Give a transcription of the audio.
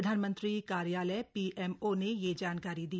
प्रधानमंत्री कार्यालय पीएमओ ने यह जानकारी दी